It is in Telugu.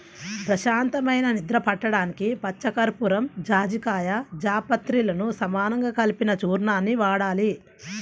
ప్రశాంతమైన నిద్ర పట్టడానికి పచ్చకర్పూరం, జాజికాయ, జాపత్రిలను సమానంగా కలిపిన చూర్ణాన్ని వాడాలి